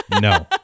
No